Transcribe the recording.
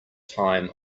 time